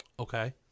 okay